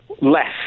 Less